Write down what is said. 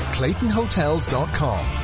ClaytonHotels.com